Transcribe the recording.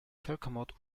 völkermord